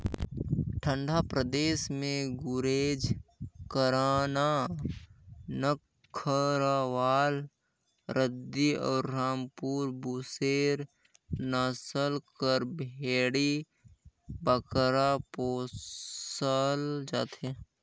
ठंडा परदेस में गुरेज, करना, नक्खरवाल, गद्दी अउ रामपुर बुसेर नसल कर भेंड़ी बगरा पोसल जाथे